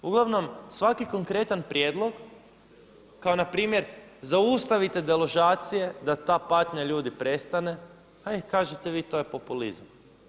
Uglavnom svaki konkretan prijedlog kao npr. zaustavite deložacije da ta patnja ljudi prestane, kažete vi to je populizam.